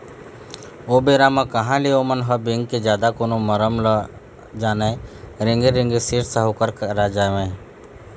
ओ बेरा म कहाँ ले ओमन ह बेंक के जादा कोनो मरम ल जानय रेंगे रेंगे सेठ साहूकार करा जावय